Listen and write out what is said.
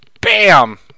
BAM